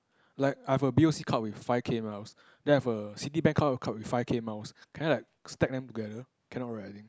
like I have a b_o_c card with five K miles and then I have a Citibank card with five K miles can I like stack them together cannot right I think